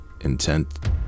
intent